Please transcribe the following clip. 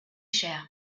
cher